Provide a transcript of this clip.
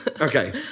Okay